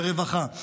ברווחה,